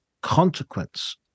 consequence